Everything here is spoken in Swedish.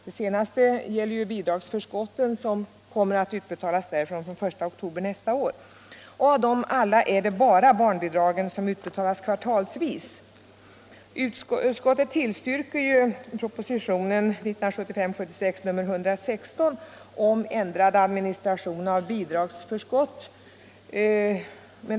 Det senaste gäller bidragsförskotten som kommer att utbetalas från försäkringskassorna från den 1 oktober nästa år. Av dem alla är det bara barnbidragen Utskottet tillstyrker propositionen 1975/76:116 om ändrad administration av bidragsförskottet.